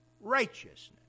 righteousness